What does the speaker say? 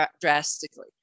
drastically